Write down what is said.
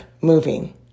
moving